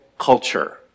culture